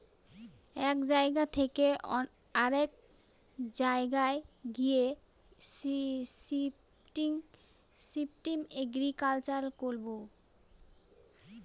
এক জায়গা থকে অরেক জায়গায় গিয়ে শিফটিং এগ্রিকালচার করবো